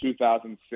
2006